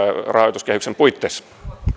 rahoituskehyksen puitteissa